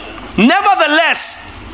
nevertheless